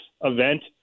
event